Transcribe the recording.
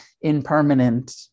impermanent